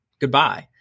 Goodbye